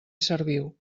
serviu